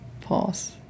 pause